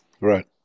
Right